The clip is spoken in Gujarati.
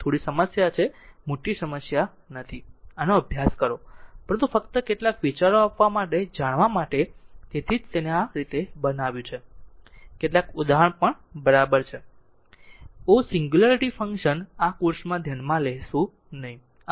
થોડી સમસ્યા છે મોટી સમસ્યા નથી આનો અભ્યાસ કરો પરંતુ ફક્ત કેટલાક વિચારો આપવા માટે જાણવા માટે તેથી જ તેને આ રીતે બનાવ્યું છે કેટલાક ઉદાહરણ બરાબર છે o સીન્ગ્યુંલારીટી ફંક્શન આ કોર્સમાં ધ્યાનમાં લેશે નહીં આ મૂળભૂત છે